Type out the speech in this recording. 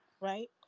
right